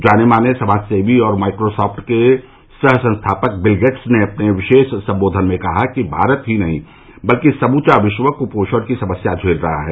जाने माने समाजसेवी और माइक्रोसॉफ्ट के सह संस्थापक बिल गेट्स ने अपने विशेष संबोधन में कहा कि भारत ही नहीं बल्कि समूवा विश्व क्पोषण की समस्या झेल रहा है